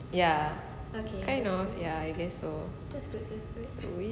ya kind of ya I guess so